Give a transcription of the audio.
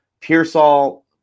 Pearsall